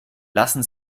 lassen